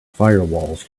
firewalls